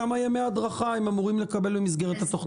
כמה ימי הדרכה הם אמורים לקבל במסגרת התוכנית?